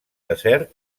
desert